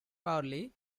farley